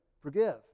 Forgive